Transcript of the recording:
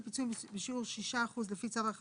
ערך שעה לעובד הסעדה שמועסק 6 ימים בשבוע (באחוזים/שקלים